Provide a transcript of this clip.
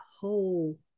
whole